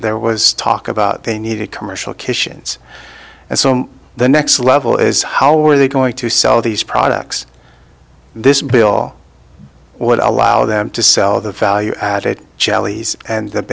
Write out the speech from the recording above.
there was talk about they need a commercial kitchens and some the next level is how are they going to sell these products this bill would allow them to sell the value added chali and th